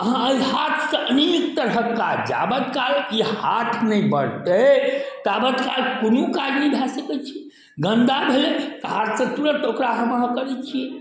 अहाँ अय हाथ सऽ अनेक तरहके काज जाबत काल ई हाथ नहि बढ़तै ताबत काल कोनो काज नहि भऽ सकै छै गन्दा भेल तऽ हाथ से तुरत ओकरा हम अहाँ करै छियै